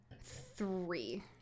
Three